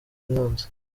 nkunze